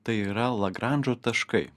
tai yra lagranžo taškai